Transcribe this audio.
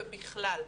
ובכלל,